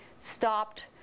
stopped